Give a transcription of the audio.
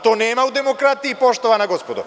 To nema u demokratiji poštovana gospodo.